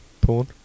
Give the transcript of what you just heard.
Porn